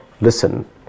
listen